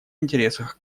интересах